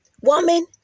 Woman